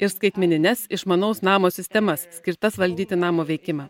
ir skaitmenines išmanaus namo sistemas skirtas valdyti namo veikimą